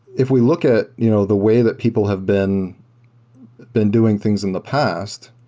if we look at you know the way that people have been been doing things in the past,